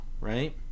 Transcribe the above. right